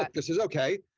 like this is ok.